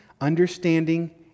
understanding